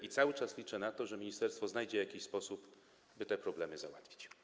I cały czas liczę na to, że ministerstwo znajdzie jakiś sposób, by te problemy załatwić.